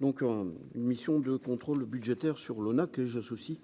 donc une mission de contrôle budgétaire sur l'eau que je associe